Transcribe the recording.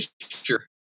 sure